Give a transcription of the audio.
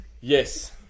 Yes